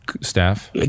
staff